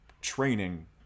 training